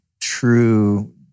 true